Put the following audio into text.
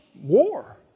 war